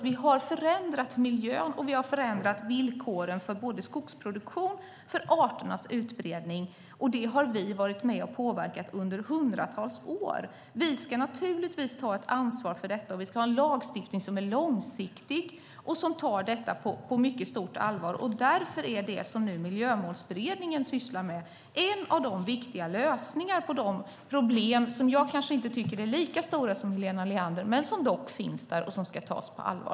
Vi har förändrat miljön, och vi har förändrat villkoren för både skogsproduktion och arternas utbredning. Och det har vi varit med och påverkat under hundratals år. Vi ska naturligtvis ta ett ansvar för detta, och vi ska ha en lagstiftning som är långsiktig och som tar detta på mycket stort allvar. Därför är det som nu Miljömålsberedningen sysslar med en av de viktiga lösningarna på de problem som jag kanske inte tycker är lika stora som Helena Leander tycker men som finns där och som ska tas på allvar.